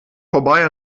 vorbei